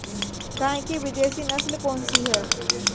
गाय की विदेशी नस्ल कौन सी है?